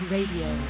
Radio